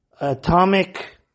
atomic